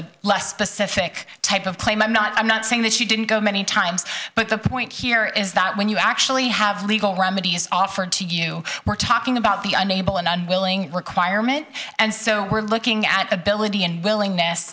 a less specific type of claim i'm not i'm not saying that she didn't go many times but the point here is that when you actually have legal remedies offered to you we're talking about the un able and unwilling requirement and so we're looking at the ability and willingness